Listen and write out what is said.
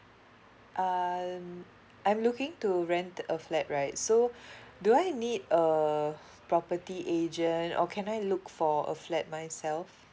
um I'm looking to rent a flat right so do I need a property agent or can I look for a flat myself